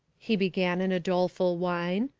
he began in a doleful whine,